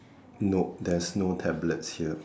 nope there's no tablets here